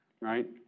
right